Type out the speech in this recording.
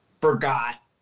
forgot